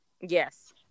Yes